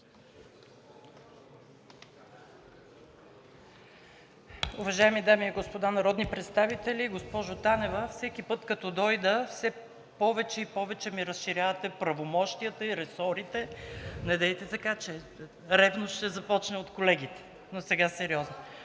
Уважаеми дами и господа народни представители! Госпожо Танева, всеки път, като дойда, все повече и повече ми разширявате правомощията и ресорите. Недейте така, че ревност ще започне от колегите. Но сега сериозно.